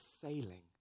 failing